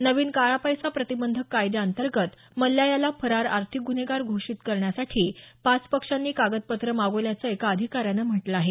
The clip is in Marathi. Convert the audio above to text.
नवीन काळा पैसा प्रतिबंधक कायद्याअंतर्गत मल्ल्या याला फरार आर्थिक गुन्हेगार घोषित करण्यासाठी पाच पक्षांनी कागदपत्रं मागवल्याचं एका अधिकाऱ्यानं म्हटलं आहे